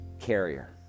carrier